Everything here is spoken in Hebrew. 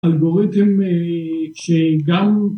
אלגוריתם כשגם